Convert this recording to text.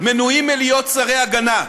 מנועים מלהיות שרי הגנה.